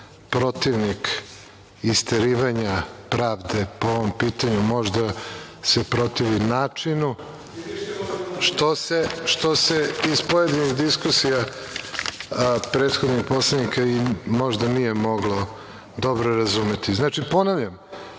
protivnik isterivanja pravde po ovom pitanju, možda se protivi načinu, što se iz pojedinih diskusija prethodnih poslanika možda nije moglo dobro razumeti. Znači ponavljam,